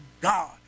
God